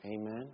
Amen